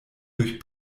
durch